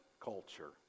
culture